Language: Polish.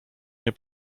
nie